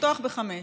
לפתוח ב-17:00.